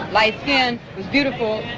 light skin was beautiful.